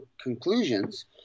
conclusions